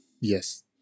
yes